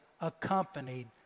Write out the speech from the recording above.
accompanied